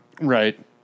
Right